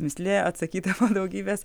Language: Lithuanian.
mįslė atsakyta po daugybės